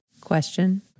Question